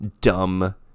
dumb